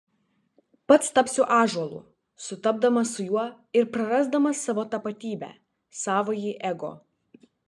pats tapsiu ąžuolu sutapdamas su juo ir prarasdamas savo tapatybę savąjį ego